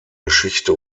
geschichte